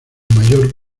mayor